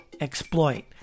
exploit